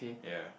ya